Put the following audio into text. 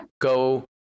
go